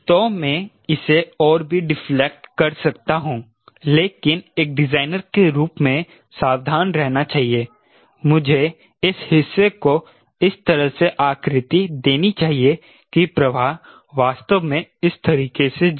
तो मैं इसे और भी डिफलेक्ट कर सकता हूं लेकिन एक डिजाइनर के रूप में सावधान रहना चाहिए मुझे इस हिस्से को इस तरह से आकृति देनी चाहिए कि प्रवाह वास्तव में इस तरह से जाए